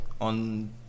on